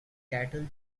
cattle